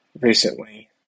recently